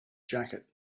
jacket